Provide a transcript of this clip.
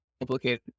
complicated